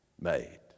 made